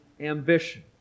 ambition